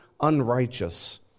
unrighteous